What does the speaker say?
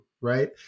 right